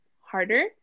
harder